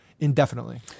Indefinitely